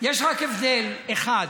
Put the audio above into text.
יש רק הבדל אחד: